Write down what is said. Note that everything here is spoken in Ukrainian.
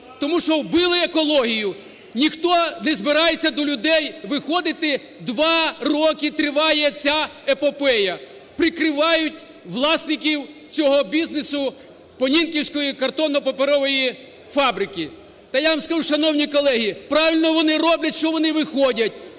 тому що вбили екологію. Ніхто не збирається до людей виходити. Два роки триває ця епопея, прикривають власників цього бізнесу – "Понінківської картонно-паперової фабрики". Та я вам скажу, шановні колеги, правильно вони роблять, що вони виходять